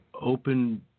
open